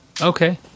Okay